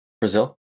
Brazil